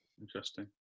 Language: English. Interesting